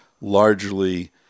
largely